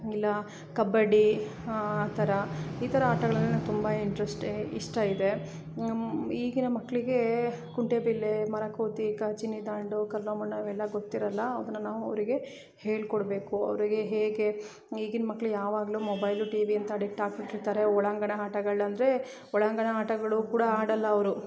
ಇಲ್ಲ ಕಬ್ಬಡ್ಡಿ ಆ ಥರ ಈ ಥರ ಆಟಗಳಂದರೆ ನಂಗೆ ತುಂಬ ಇಂಟ್ರಸ್ಟೆ ಇಷ್ಟ ಇದೆ ಈಗಿನ ಮಕ್ಕಳಿಗೇ ಕುಂಟೆಬಿಲ್ಲೆ ಮರಕೋತಿಗೆ ಚಿನ್ನಿದಾಂಡು ಕಲ್ಲೋ ಮಣ್ಣೋ ಇವೆಲ್ಲ ಗೊತ್ತಿರೊಲ್ಲ ಅದನ್ನು ನಾವು ಅವರಿಗೆ ಹೇಳ್ಕೊಡಬೇಕು ಅವರಿಗೆ ಹೇಗೆ ಈಗಿನ ಮಕ್ಳಿಗೆ ಯಾವಾಗಲು ಮೊಬೈಲು ಟಿ ವಿ ಅಂತ ಅಡಿಕ್ಟ್ ಆಗಿಬಿಟ್ಟಿರ್ತಾರೆ ಒಳಾಂಗಣ ಆಟಗಳಂದ್ರೆ ಒಳಾಂಗಣ ಆಟಗಳು ಕೂಡ ಆಡೊಲ್ಲ ಅವರು